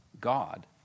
God